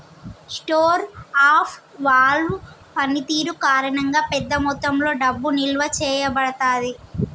store of value పనితీరు కారణంగా, పెద్ద మొత్తంలో డబ్బు నిల్వ చేయబడతాది